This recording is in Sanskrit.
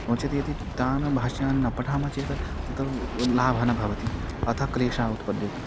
नोचेत् यदि तान् भाष्यान् पठामश्चेत् तत् लाभः न भवति अत क्लेशः उत्पद्यते